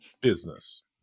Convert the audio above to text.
business